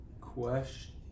Question